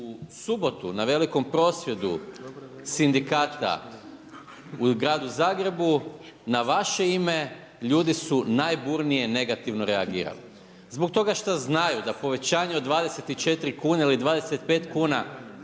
U subotu, na velikom prosvjedu sindikata, u Gradu Zagrebu, na vaše ime ljudi su najburnije negativno reagirali, zbog toga što znaju da povećanje od 24 kn ili 25 kn,